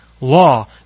law